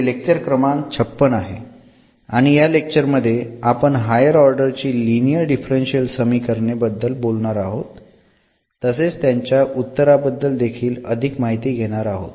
हे लेक्चर क्रमांक 56 आहे आणि या लेक्चर मध्ये आपण हायर ऑर्डर ची लिनियर डिफरन्शियल समीकरणे बद्दल बोलणार आहोत तसेच त्यांच्या उत्तराबद्दल देखील अधिक माहिती घेणार आहोत